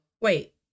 wait